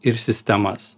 ir sistemas